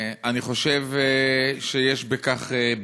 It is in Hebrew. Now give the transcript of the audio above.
אני חושב שיש בכך,